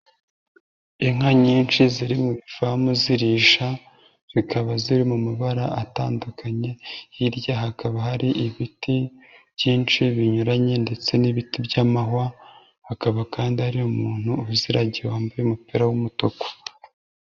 Inka nyinshi ziri mu ifamu zirisha zikaba ziri mu mabara atandukanye, hirya hakaba hari ibiti byinshi binyuranye ndetse n'ibiti by'amahwa, hakaba kandi ari umuntu uba uziragiye wambaye umupira w'umutuku.